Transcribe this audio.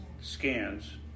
scans